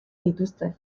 dituzte